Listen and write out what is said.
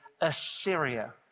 Assyria